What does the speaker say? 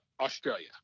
Australia